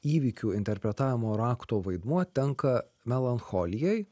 įvykių interpretavimo rakto vaidmuo tenka melancholijai